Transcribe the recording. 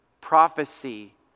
Prophecy